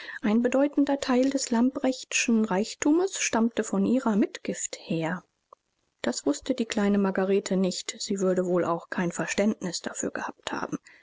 ein bedeutender teil des lamprecht'schen reichtumes stammte von ihrer mitgift her das wußte die kleine margarete nicht sie würde wohl auch kein verständnis dafür gehabt haben